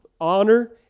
honor